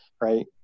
right